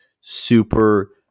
super